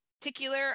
particular